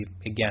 again